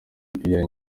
iya